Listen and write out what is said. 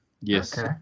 Yes